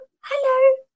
hello